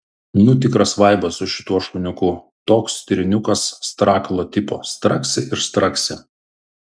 nu tikras vaibas su šituo šuniuku toks stirniukas strakalo tipo straksi ir straksi